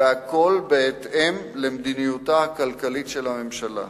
והכול בהתאם למדיניותה הכלכלית של הממשלה.